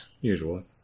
Usually